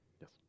yes